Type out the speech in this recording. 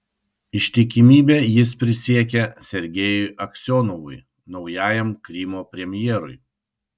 ištikimybę jis prisiekė sergejui aksionovui naujajam krymo premjerui